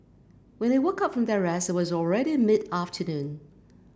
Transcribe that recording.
when they woke up from their rest it was already mid afternoon